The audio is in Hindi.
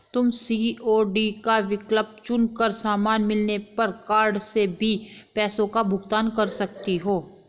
तुम सी.ओ.डी का विकल्प चुन कर सामान मिलने पर कार्ड से भी पैसों का भुगतान कर सकती हो